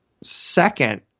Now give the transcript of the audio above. Second